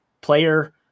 player